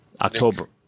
October